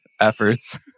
efforts